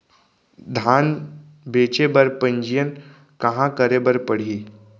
धान बेचे बर पंजीयन कहाँ करे बर पड़ही?